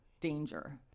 danger